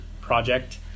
project